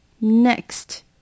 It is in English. Next